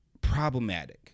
problematic